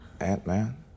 Ant-Man